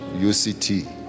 UCT